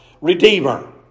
Redeemer